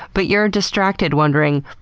but you're distracted wondering,